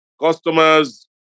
customers